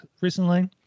recently